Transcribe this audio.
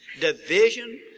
division